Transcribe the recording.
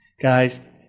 guys